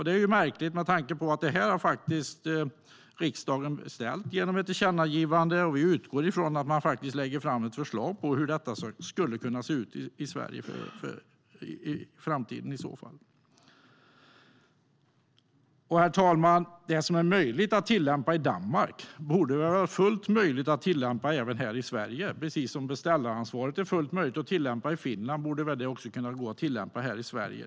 Det är märkligt med tanke på att riksdagen faktiskt har beställt det genom ett tillkännagivande. Vi utgår ifrån att man lägger fram ett förslag om hur detta skulle kunna se ut i Sverige i framtiden. Herr talman! Det som är möjligt att tillämpa i Danmark borde vara fullt möjligt att tillämpa även här i Sverige. Precis som beställaransvaret är fullt möjligt att tillämpa i Finland borde det gå att tillämpa även här.